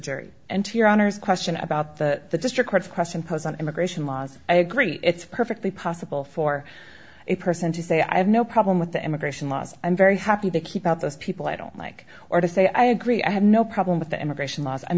jury and to your honor's question about the district court question posed on immigration laws i agree it's perfectly possible for a person to say i have no problem with the immigration laws i'm very happy to keep out those people i don't like or to say i agree i have no problem with the immigration laws i'm